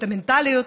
את המנטליות,